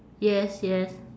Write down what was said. yes yes